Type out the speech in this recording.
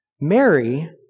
Mary